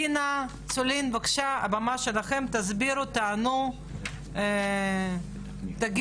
דינה, בבקשה, הבמה שלכם, תסבירו, תענו, תגידו.